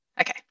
Okay